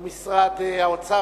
ומשרד האוצר.